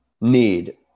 need